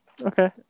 Okay